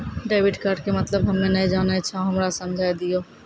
Debit card के मतलब हम्मे नैय जानै छौ हमरा समझाय दियौ?